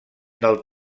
del